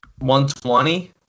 120